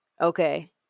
okay